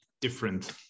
different